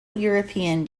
european